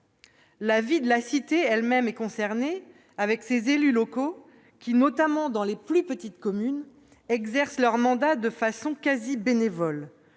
La vie de la cité elle-même est concernée, avec ses élus locaux qui, notamment dans les communes les plus petites, exercent leur mandat de façon quasi bénévole.